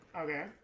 Okay